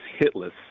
hitless